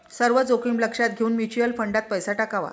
सर्व जोखीम लक्षात घेऊन म्युच्युअल फंडात पैसा टाकावा